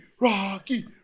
rocky